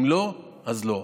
אם לא, אז לא.